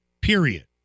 Period